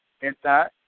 inside